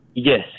Yes